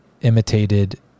imitated